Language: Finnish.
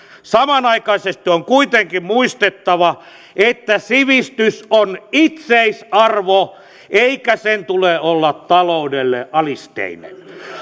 samanaikaisesti on kuitenkin muistettava että sivistys on itseisarvo eikä sen tule olla taloudelle alisteinen